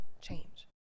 change